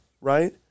right